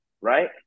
right